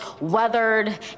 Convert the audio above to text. weathered